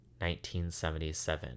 1977